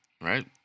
right